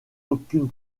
aucune